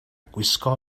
gwisgo